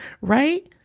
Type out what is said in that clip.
Right